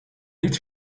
niet